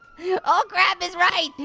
yeah oh crap is right.